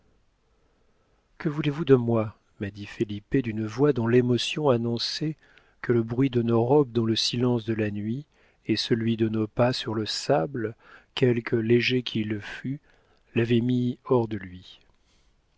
que voulez-vous de moi m'a dit felipe d'une voix dont l'émotion annonçait que le bruit de nos robes dans le silence de la nuit et celui de nos pas sur le sable quelque léger qu'il fût l'avaient mis hors de lui